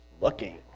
looking